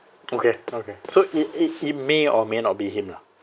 okay okay so it it it may or may not be him lah